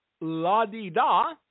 la-di-da